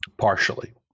partially